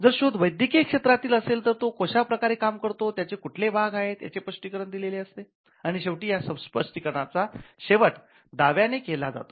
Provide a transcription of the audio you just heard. जर शोध वैद्यकीय क्षेत्रातील असेल तर तो कशाप्रकारे काम करतो त्याचे कुठले भाग आहेत याचे स्पष्टीकरण दिलेले असते आणि शेवटी या स्पष्टीकरणाचा शेवट दाव्या ने केला जातो